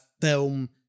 film